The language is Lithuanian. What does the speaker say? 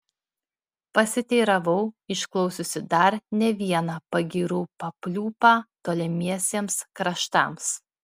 pasiteiravau išklausiusi dar ne vieną pagyrų papliūpą tolimiesiems kraštams